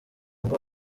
ngo